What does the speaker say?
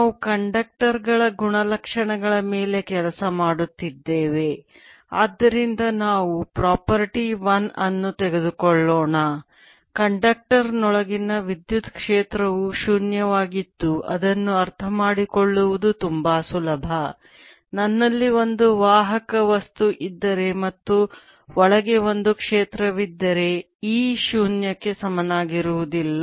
ನಾವು ಕಂಡಕ್ಟರ್ ಗಳ ಗುಣಲಕ್ಷಣಗಳ ಮೇಲೆ ಕೆಲಸ ಮಾಡುತ್ತಿದ್ದೇವೆ ಆದ್ದರಿಂದ ನಾವು ಪ್ರಾಪರ್ಟಿ 1 ಅನ್ನು ತೆಗೆದುಕೊಳ್ಳೋಣ ಕಂಡಕ್ಟರ್ನೊಳಗಿನ ವಿದ್ಯುತ್ ಕ್ಷೇತ್ರವು ಶೂನ್ಯವಾಗಿದ್ದು ಅದನ್ನು ಅರ್ಥಮಾಡಿಕೊಳ್ಳುವುದು ತುಂಬಾ ಸುಲಭ ನನ್ನಲ್ಲಿ ಒಂದು ವಾಹಕ ವಸ್ತು ಇದ್ದರೆ ಮತ್ತು ಒಳಗೆ ಒಂದು ಕ್ಷೇತ್ರವಿದ್ದರೆ E ಶೂನ್ಯಕ್ಕೆ ಸಮನಾಗಿರುವುದಿಲ್ಲ